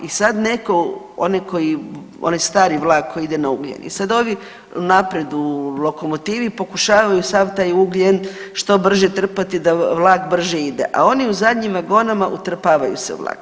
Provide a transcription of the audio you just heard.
I sad neko, onaj koji, onaj stari vlak koji ide na ugljen i sad ovi naprijed u lokomotivi pokušavaju sav taj ugljen što brže trpati da vlak brže ide, a oni u zadnjim vagonama utrpavaju se u vlak.